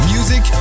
Music